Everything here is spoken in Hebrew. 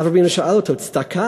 אברהם אבינו שאל אותו: צדקה?